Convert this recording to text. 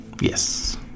yes